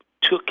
took